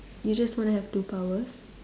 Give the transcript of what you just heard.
you just want to have two powers